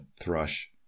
Thrush